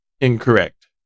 incorrect